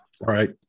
right